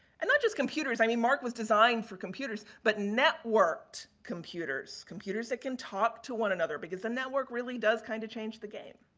and, not just computers. i mean, marc was designed through computers, but networked computers, computers that can talk to one another because the network really does kind of change the game.